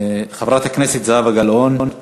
חברת הכנסת זהבה גלאון,